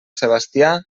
sebastià